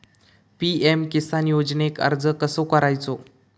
PM Kisan योजनेक अर्ज कसो करायचो?